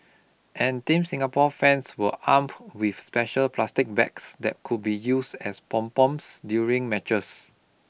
and Team Singapore fans were armed with special plastic bags that could be use as pom poms during matches